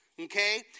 Okay